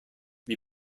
may